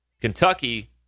Kentucky